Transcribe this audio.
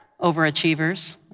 overachievers